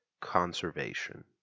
conservation